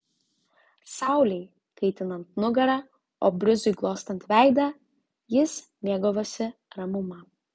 saulei kaitinant nugarą o brizui glostant veidą jis mėgavosi ramuma